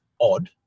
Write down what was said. odd